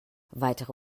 weitere